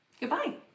Goodbye